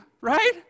right